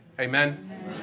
Amen